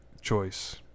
choice